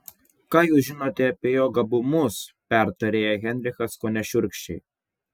ką jūs žinote apie jo gabumus pertarė ją heinrichas kone šiurkščiai